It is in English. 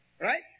Right